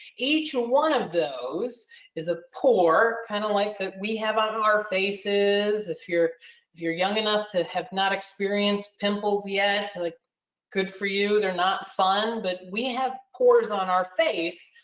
each one of those is a pore kind of like that we have on our faces. if you're you're young enough to have not experienced pimples yet, like good for you, they're not fun, but we have pores on our face,